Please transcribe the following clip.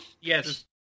Yes